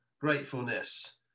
gratefulness